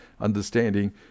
understanding